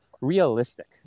realistic